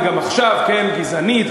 גם עכשיו: גזענית,